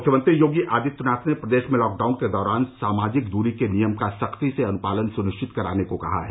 मुख्यमंत्री योगी आदित्यनाथ ने प्रदेश में लॉकडाउन के दौरान सामाजिक दूरी के नियम का सख्ती से अनुपालन सुनिश्चित कराने के निर्देश दिए हैं